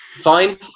Fine